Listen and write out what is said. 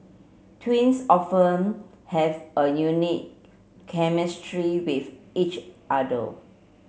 twins often have a unique chemistry with each other